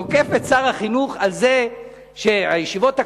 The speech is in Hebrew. תוקף את שר החינוך על זה שהישיבות הקטנות,